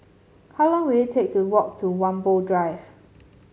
how long will it take to walk to Whampoa Drive